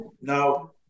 Now